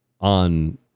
on